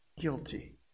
guilty